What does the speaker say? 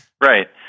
Right